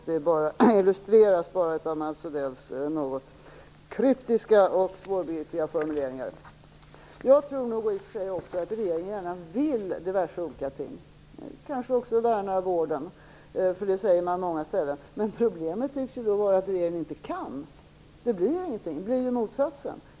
Detta illustreras av Mats Odells kryptiska och något svårbegripliga formuleringar. Också jag tror i och för sig att regeringen gärna vill diverse olika ting, kanske också värna vården, eftersom man säger det på många ställen. Problemet tycks vara att regeringen inte kan. Det blir ingenting. I stället blir det motsatsen.